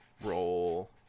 roll